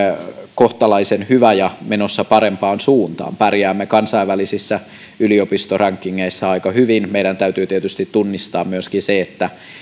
kohtalaisen hyvä ja menossa parempaan suuntaan pärjäämme kansainvälisissä yliopistorankingeissä aika hyvin meidän täytyy tietysti tunnistaa myöskin se että